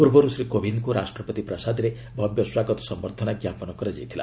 ପୂର୍ବରୁ ଶ୍ରୀ କୋବିନ୍ଦ୍ଙ୍କୁ ରାଷ୍ଟ୍ରପତି ପ୍ରାସାଦରେ ଭବ୍ୟ ସ୍ୱାଗତ ସମ୍ବର୍ଦ୍ଧନା ଜ୍ଞାପନ କରାଯାଇଥିଲା